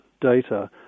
data